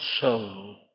soul